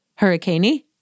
hurricaney